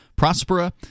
Prospera